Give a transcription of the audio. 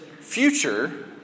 future